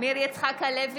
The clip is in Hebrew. מאיר יצחק הלוי,